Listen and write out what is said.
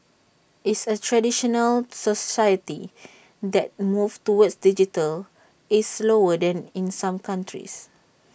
it's A traditional society and the move toward digital is slower than in some countries